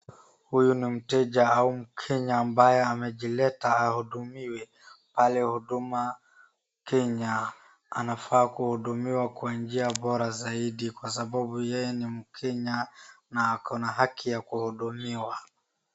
Huyu ni mteja au Mkenya ambaye amejileta ahudumiwe pale Huduma Kenya. Anafaa kuhudumiwa kwa njia bora zaidi kwa sababu yeye ni Mkenya na ako na haki ya kuhudumiwa.